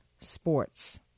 sports